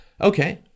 Okay